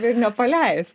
ir nepaleist